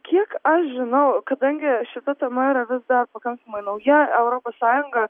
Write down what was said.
kiek aš žinau kadangi šita tema yra vis dar pakankamai nauja europos sąjunga